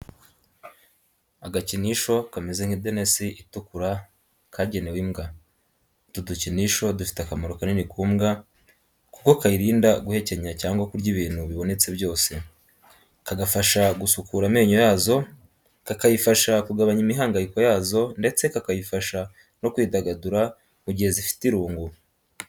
Agakinisho kameze nk'idenesi itukura kagenewe imbwa. Utu dukinisho dufite akamaro kanini ku mbwa kuko kayirinda guhekenya cyangwa kurya ibintu bibonetse byose, kagafasha gusukura amenyo yazo, kakayifasha kugabanya imihangayiko yazo ndetse kakayifasha no kwidagadura mu gihe zifite irungu.